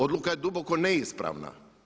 Odluka je duboko neispravna.